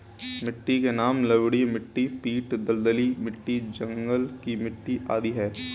मिट्टी के नाम लवणीय मिट्टी, पीट दलदली मिट्टी, जंगल की मिट्टी आदि है